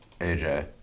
AJ